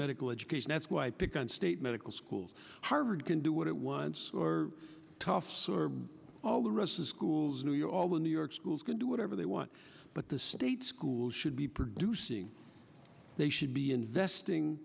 medical education that's why pick on state medical schools harvard can do what it wants or toughs or all the rest of schools new year all the new york schools can do whatever they want but the state schools should be producing they should be investing